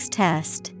test